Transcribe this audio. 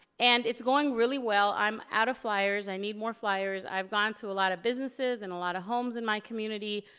and it's going really well. i'm out of flyers, i need more flyers. i've gone to a lot of businesses and a lot of homes in my community,